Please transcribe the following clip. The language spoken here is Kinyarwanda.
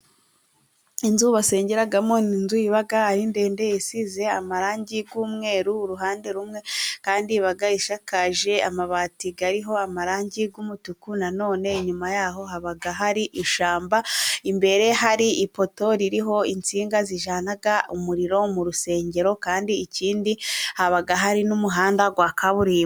Inzu basengeramo, inzu iba ari ndende isize amarangi y'umweru uruhande rumwe, kandi iba isakaje amabati ariho amarangi y'umutuku, na none inyuma yaho haba hari ishyamba, imbere hari ifoto ririho insinga zijyana umuriro mu rusengero, kandi ikindi haba hari n'umuhanda wa kaburimbo.